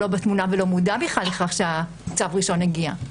בתמונה ולא מודע בכלל לכך שהצו הראשון הגיע?